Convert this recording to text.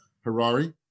Harari